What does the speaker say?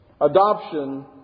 Adoption